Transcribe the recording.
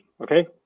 okay